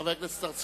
חבר הכנסת צרצור,